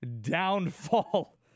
downfall